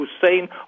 Hussein